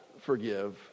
forgive